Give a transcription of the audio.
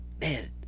man